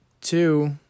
two